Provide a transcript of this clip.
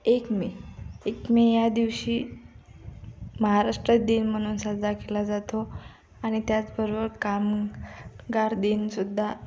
एक मे एक मे ह्या दिवशी महाराष्ट्र दिन म्हणून साजरा केला जातो आणि त्याचबरोबर काम गार दिनसुद्धा